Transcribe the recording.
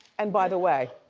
and by the way,